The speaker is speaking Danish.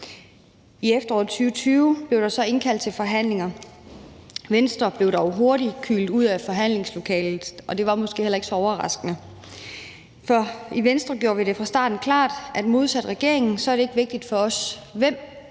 I efteråret 2020 blev der så indkaldt til forhandlinger. Venstre blev dog hurtigt kylet ud af forhandlingslokalet, og det var måske heller ikke så overraskende. For i Venstre gjorde vi det fra starten klart, at det modsat regeringen ikke er vigtigt for os, hvem